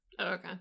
Okay